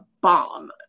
bomb